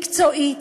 מקצועית,